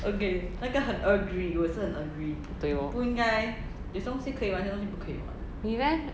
对 lor